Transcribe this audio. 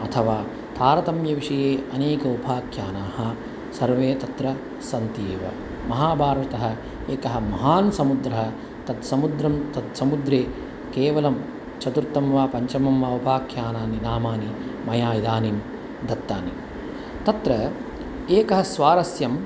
अथवा तारतम्यविषये अनेकानि उपाख्यानानि सर्वे तत्र सन्ति एव महाभारतः एकः महान् समुद्रः तत् समुद्रं तत् समुद्रे केवलं चतुर्थं वा पञ्चमं वा उपाख्यानानि नामानि मया इदानीं दत्तानि तत्र एकं स्वारस्यम्